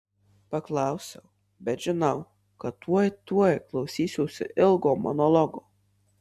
paklausiau bet žinau kad jau tuoj tuoj klausysiuosi ilgo monologo